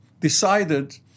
decided